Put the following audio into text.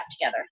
together